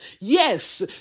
Yes